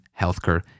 healthcare